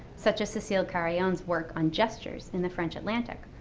such as cecil carrion's work on gestures in the french atlantic,